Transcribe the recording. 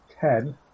ten